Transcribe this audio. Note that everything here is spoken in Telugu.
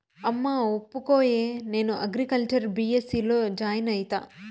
అమ్మా ఒప్పుకోయే, నేను అగ్రికల్చర్ బీ.ఎస్.సీ లో జాయిన్ అయితా